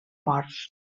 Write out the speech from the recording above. forts